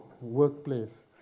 workplace